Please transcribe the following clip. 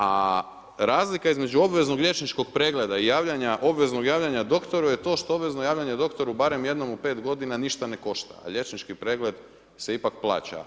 A razlika između obveznog liječničkog pregleda i obveznog javljanja doktoru je to što obvezno javljanje doktoru barem jednom u 5 godina ništa ne košta, a liječnički pregled se ipak plaća.